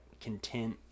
content